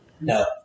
No